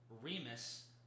Remus